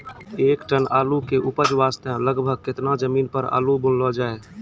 एक टन आलू के उपज वास्ते लगभग केतना जमीन पर आलू बुनलो जाय?